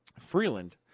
Freeland